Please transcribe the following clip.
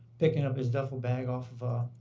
picking up his duffle bag off of a